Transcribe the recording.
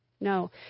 No